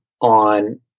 on